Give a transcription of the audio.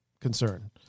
concern